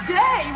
day